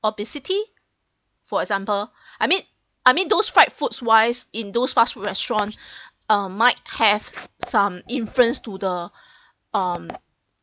obesity for example I mean I mean those fried foods wise in those fast food restaurant uh might have some influence to the um